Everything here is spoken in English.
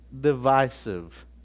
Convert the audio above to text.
divisive